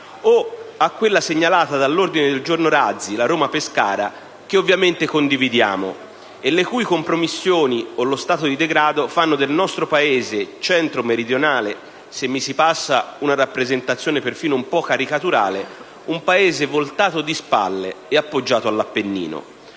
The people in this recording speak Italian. o a quella segnalata dall'ordine del giorno a prima firma del senatore Razzi, la Roma-Pescara, che ovviamente condividiamo, e le cui compromissioni o lo stato di degrado fanno del nostro Paese centro-meridionale, se mi si passa questa rappresentazione perfino un po' caricaturale, un Paese voltato di spalle e appoggiato all'Appennino.